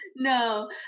No